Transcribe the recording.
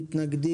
מי נגד?